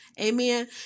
amen